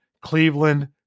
Cleveland